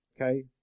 Okay